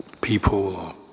people